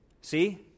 See